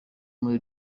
muri